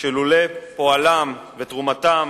שלולא פועלם ותרומתם